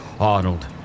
Arnold